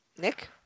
Nick